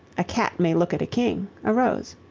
a cat may look at a king, arose.